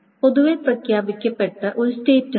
പൊതുവെ പ്രഖ്യാപിക്കപ്പെട്ട ഒരു സ്റ്റേറ്റുണ്ട്